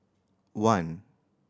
one